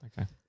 Okay